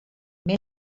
mes